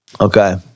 Okay